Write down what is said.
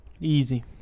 Easy